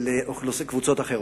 ולאוכלוסיית קבוצות אחרים.